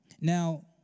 Now